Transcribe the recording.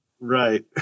Right